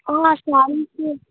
sarees